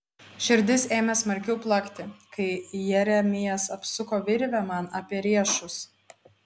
širdis ėmė smarkiau plakti kai jeremijas apsuko virvę man apie riešus